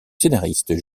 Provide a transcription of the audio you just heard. scénariste